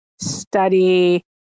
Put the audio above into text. study